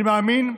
אני מאמין,